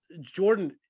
jordan